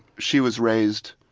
she was raised